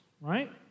right